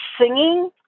singing